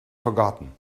forgotten